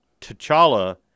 T'Challa